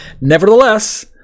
nevertheless